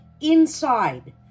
inside